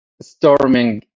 storming